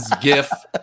gif